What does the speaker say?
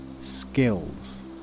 skills